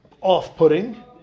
off-putting